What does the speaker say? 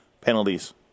penalties